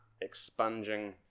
expunging